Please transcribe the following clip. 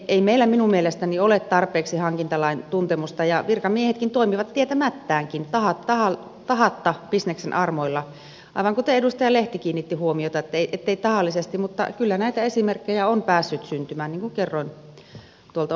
ei meillä minun mielestäni ole tarpeeksi hankintalain tuntemusta ja virkamiehetkin toimivat tietämättäänkin tahattomasti bisneksen armoilla aivan kuten edustaja lehti kiinnitti huomiota eivät tahallisesti mutta kyllä näitä esimerkkejä on päässyt syntymään niin kuin kerroin tuolta omasta sairaanhoitopiiristä